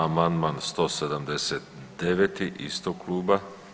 Amandman 179. istog kluba.